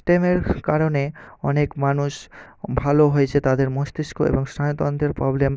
স্টেমের কারণে অনেক মানুষ ভালো হয়েছে তাদের মস্তিস্ক এবং স্নায়ুতন্ত্রের প্রবলেম